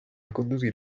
conducir